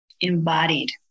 embodied